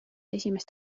esimest